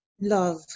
love